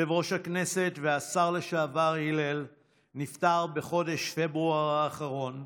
יושב-ראש הכנסת והשר לשעבר הלל נפטר בחודש פברואר האחרון.